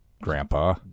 Grandpa